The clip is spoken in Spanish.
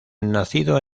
nacido